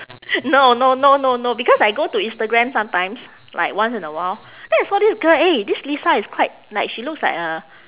no no no no no because I go to instagram sometimes like once in a while then I saw this girl eh this lisa is quite like she looks like a